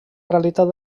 realitat